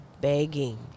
begging